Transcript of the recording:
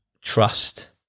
trust